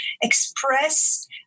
express